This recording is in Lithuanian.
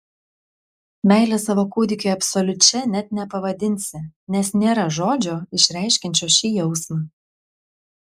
meilės savo kūdikiui absoliučia net nepavadinsi nes nėra žodžio išreiškiančio šį jausmą